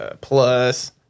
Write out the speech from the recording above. plus